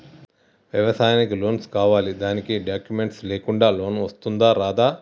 వ్యవసాయానికి లోన్స్ కావాలి దానికి డాక్యుమెంట్స్ లేకుండా లోన్ వస్తుందా రాదా?